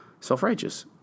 self-righteous